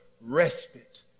respite